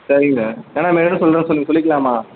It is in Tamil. சரிங்கள் ஏன்னால் நேரில் சொல்கிறேன்னு சொன்னீங்கள் சொல்லிக்கலாமா